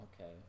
Okay